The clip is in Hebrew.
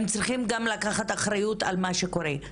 הם צריכים גם לקחת אחריות על מה שקורה.